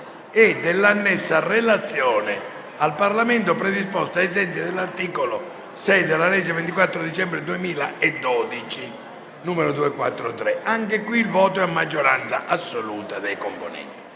e dell'annessa Relazione al Parlamento predisposta ai sensi dell'articolo 6 della legge 24 dicembre 2012, n. 243 *(voto a maggioranza assoluta dei componenti